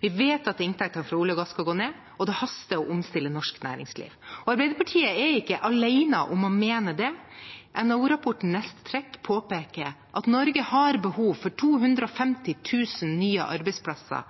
Vi vet at inntektene fra olje og gass skal gå ned, og det haster å omstille norsk næringsliv. Arbeiderpartiet er ikke alene om å mene det, NHO-rapporten «Neste trekk» påpeker at Norge har behov for 250 000 nye arbeidsplasser